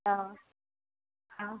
অ' অ'